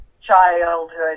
childhood